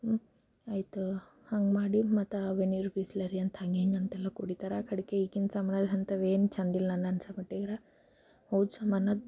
ಆಯಿತು ಹಂಗೆ ಮಾಡಿ ಮತ್ತು ಅವೆ ನೀರು ಬಿಸ್ಲರಿ ಅಂತ ಹಂಗೆ ಹಿಂಗೆ ಅಂತ ಎಲ್ಲ ಕುಡಿತಾರೆ ಕಡೆಗೆ ಈಗಿನ ಜಮಾನದ ಅಂಥವು ಏನು ಚೆಂದಿಲ್ಲ ನನ್ನ ಅನ್ಸೋ ಮಟ್ಟಿಗೆ ಹೋದ ಜಮಾನ